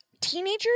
Teenagers